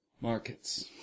markets